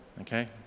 Okay